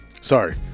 sorry